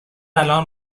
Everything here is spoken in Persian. الان